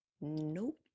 nope